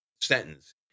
sentence